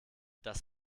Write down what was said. das